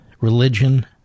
Religion